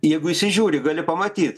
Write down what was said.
jeigu įsižiūri gali pamatyt